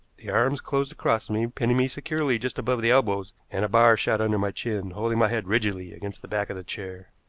the arms closed across me, pinning me securely just above the elbows and a bar shot under my chin, holding my head rigidly against the back of the chair.